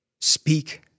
Speak